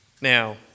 Now